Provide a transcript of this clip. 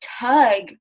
tug